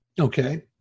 Okay